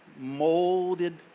molded